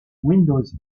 windows